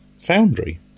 foundry